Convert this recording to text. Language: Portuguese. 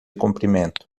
comprimento